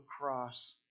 cross